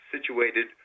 situated